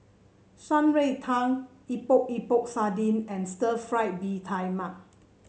Shan Rui Tang Epok Epok Sardin and Stir Fried Mee Tai Mak